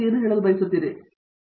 Satyanarayana N Gummadi ಮಾದರಿ